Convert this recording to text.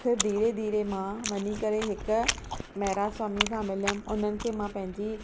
अखु धीरे धीरे मां वञी करे हिकु महाराजु स्वामी सां मिलयमि उन्हनि खे मां पंहिंजी